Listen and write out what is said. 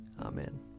Amen